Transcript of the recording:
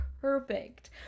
perfect